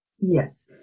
Yes